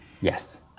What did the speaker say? Yes